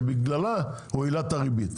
שבגללה הוא העלה את הריבית,